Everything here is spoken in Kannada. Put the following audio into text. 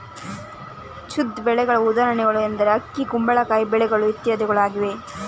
ಝೈದ್ ಬೆಳೆಗಳ ಉದಾಹರಣೆಗಳು ಎಂದರೆ ಅಕ್ಕಿ, ಕುಂಬಳಕಾಯಿ, ಬೇಳೆಕಾಳುಗಳು ಇತ್ಯಾದಿಗಳು ಆಗಿವೆ